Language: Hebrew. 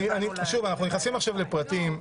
שוב, אנחנו נכנסים עכשיו לפרטים.